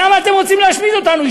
למה אתם רוצים להשמיד אותנו?